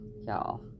Y'all